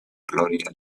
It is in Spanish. gloria